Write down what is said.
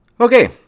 Okay